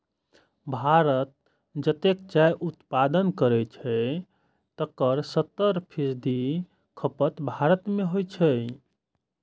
भारत जतेक चायक उत्पादन करै छै, तकर सत्तर फीसदी खपत भारते मे होइ छै